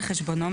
על חשבונו,